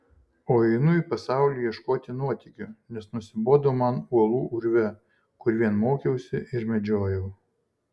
o einu į pasaulį ieškoti nuotykių nes nusibodo man uolų urve kur vien mokiausi ir medžiojau